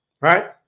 right